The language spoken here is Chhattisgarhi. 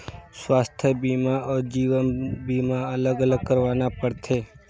स्वास्थ बीमा अउ जीवन बीमा अलग अलग करवाना पड़थे?